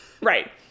Right